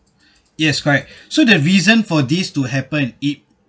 yes correct so the reason for this to happen it